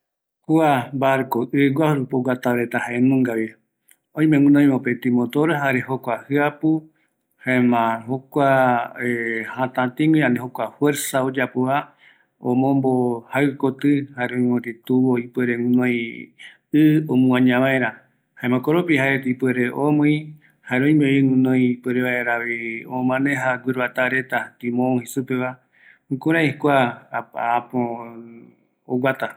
Kua barco jaeko oguata ɨ guaju rupiva, öime guinoi motor, jɨapu yave omombo ïpɨtüe jaɨkuekotɨ, jukai omuaña vaera barco, tuisa va reta oime ko ɨpiɨrata yeye omuaña vaera. Jare jukurai oguata